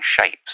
shapes